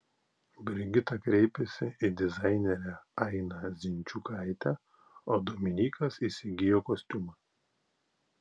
brigita kreipėsi į dizainerę ainą zinčiukaitę o dominykas įsigijo kostiumą